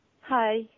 Hi